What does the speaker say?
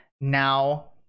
now